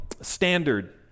standard